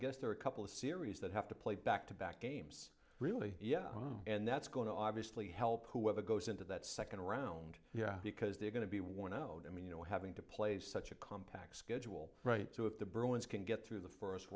guess there are a couple of series that have to play back to back games really yeah and that's going to obviously help whoever goes into that second round because they're going to be worn out i mean you know having to play such a compact schedule right so if the bruins can get through the forest